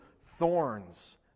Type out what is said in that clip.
thorns